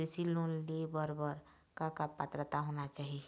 कृषि लोन ले बर बर का का पात्रता होना चाही?